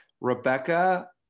rebecca